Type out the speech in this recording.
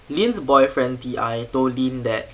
lynn's boyfriend D_I told lynn that